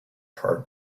heart